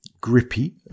Grippy